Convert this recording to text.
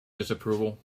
disapproval